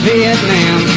Vietnam